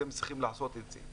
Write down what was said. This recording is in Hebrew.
אתם צריכים לעשות את זה.